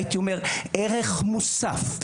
הייתי אומר ערך מוסף,